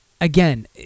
again